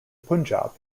punjab